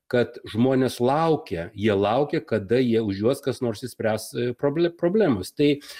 kad žmonės laukia jie laukia kada jie už juos kas nors išspręs problemų problemas tai